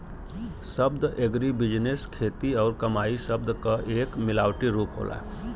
शब्द एग्रीबिजनेस खेती और कमाई शब्द क एक मिलावटी रूप होला